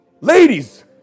Ladies